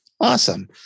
Awesome